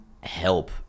help